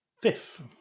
fifth